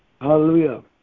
Hallelujah